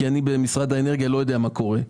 כי במשרד האנרגיה אני לא יודע מה קורה.